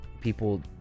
people